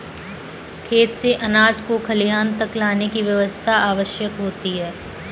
खेत से अनाज को खलिहान तक लाने की व्यवस्था आवश्यक होती है